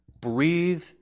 Breathe